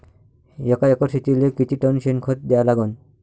एका एकर शेतीले किती टन शेन खत द्या लागन?